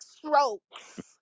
Strokes